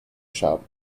shop